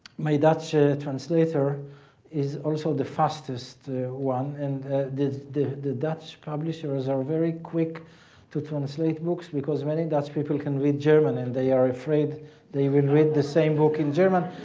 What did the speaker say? my dutch translator is also the fastest one and the the dutch publishers are very quick to translate books because many dutch people can read german and they are afraid they will read the same book in german.